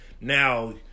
now